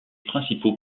principaux